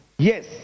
Yes